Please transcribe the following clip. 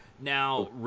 Now